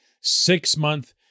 six-month